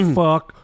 fuck